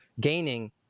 gaining